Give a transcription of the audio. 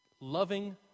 Loving